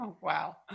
wow